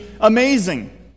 amazing